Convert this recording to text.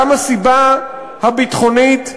גם הסיבה הביטחונית,